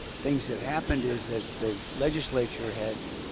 things that happened is that the legislature had,